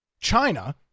China